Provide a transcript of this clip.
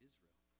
Israel